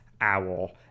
Owl